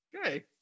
okay